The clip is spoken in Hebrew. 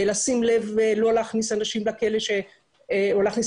לשים לב לא להכניס אנשים לכלא או להכניס